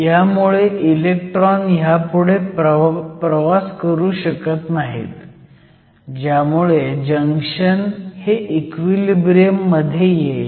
ह्यामुळे इलेक्ट्रॉन ह्यापुढे प्रवास करू शकत नाहीत ज्यामुळे जंक्शन हे इक्विलिब्रियम मध्ये येईल